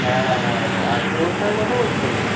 হ্যাঁ হ্যাঁ হ্যাঁ আরতি অনুষ্ঠানের কথা বলছো তুমি